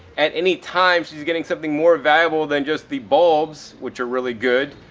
at any time she's getting something more valuable than just the bulbs, which are really good,